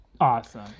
Awesome